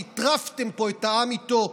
שהטרפתם פה את העם איתו,